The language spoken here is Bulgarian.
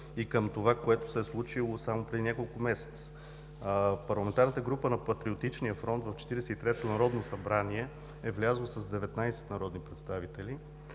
и към това, което се е случило само преди няколко месеца. Парламентарната група на „Патриотичния фронт“ в Четиридесет и третото народно събрание е влязла с 19 народни представители,